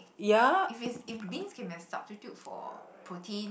if it's if beans can be a substitute for protein